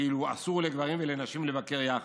כאילו אסור לגברים ולנשים לבקר יחד.